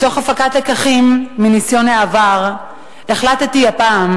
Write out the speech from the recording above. מתוך הפקת לקחים מניסיון העבר החלטתי הפעם